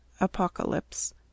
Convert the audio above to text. Apocalypse